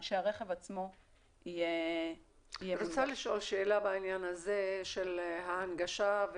אני רוצה לשאול שאלה בעניין הזה של ההנגשה.